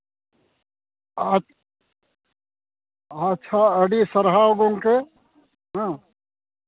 ᱟᱪ ᱟᱪᱪᱷᱟ ᱟᱹᱰᱤ ᱥᱟᱨᱦᱟᱣ ᱜᱚᱢᱠᱮ ᱦᱮᱸ